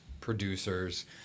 producers